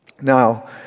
Now